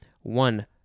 One